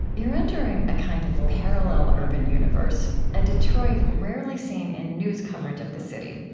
you're entering a kind of parallel urban universe a detroit rarely seen in news coverage of the city.